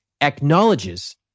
acknowledges